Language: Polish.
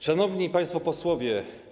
Szanowni Państwo Posłowie!